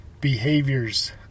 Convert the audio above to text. behaviors